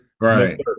Right